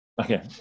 Okay